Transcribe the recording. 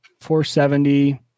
470